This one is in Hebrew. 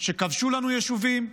שכבשו לנו יישובים,